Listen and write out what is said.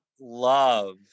love